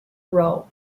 rao